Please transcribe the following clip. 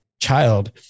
child